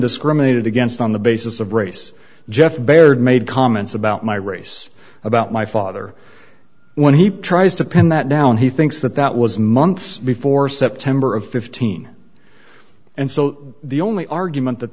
discriminated against on the basis of race jeff baird made comments about my race about my father when he tries to pin that down he thinks that that was months before september of fifteen and so the only argument that